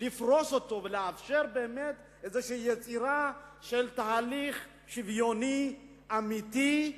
לפרוס אותו ולאפשר באמת איזושהי יצירה של תהליך שוויוני אמיתי,